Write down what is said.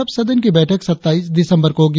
अब सदन की बैठक सत्ताईस दिसंबर को होगी